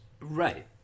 right